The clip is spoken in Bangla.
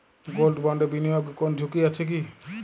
গোল্ড বন্ডে বিনিয়োগে কোন ঝুঁকি আছে কি?